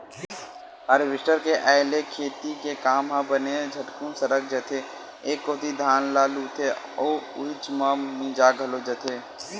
harvester के आय ले खेती के काम ह बने झटकुन सरक जाथे एक कोती धान ल लुथे अउ उहीच म मिंजा घलो जथे